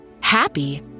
Happy